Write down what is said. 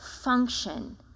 function